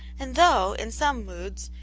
and though, in some moods,